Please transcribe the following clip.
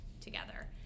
together